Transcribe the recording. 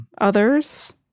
Others